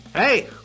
Hey